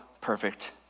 perfect